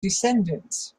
descendents